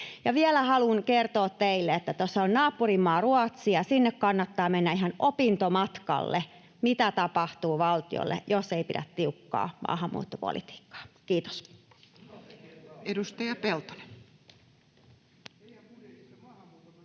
vielä haluan kertoa teille, että tuossa on naapurimaa Ruotsi ja sinne kannattaa mennä ihan opintomatkalle siitä, mitä tapahtuu valtiolle, jos ei pidä tiukkaa maahanmuuttopolitiikkaa. — Kiitos.